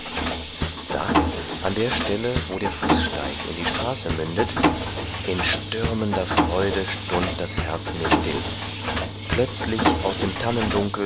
da an der stelle wo der fußsteig in die straße mündet in stürmender freude stund das herz mir still plötzlich aus dem